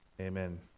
Amen